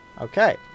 Okay